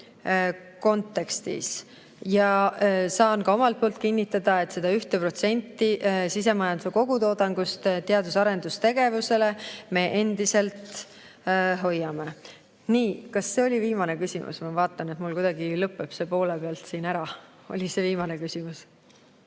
kontekstis. Saan ka omalt poolt kinnitada, et seda 1% sisemajanduse kogutoodangust teadus‑ ja arendustegevusele me endiselt hoiame. Kas see oli viimane küsimus? Ma vaatan, et mul kuidagi lõpeb see poole pealt siin ära. Oli see viimane küsimus?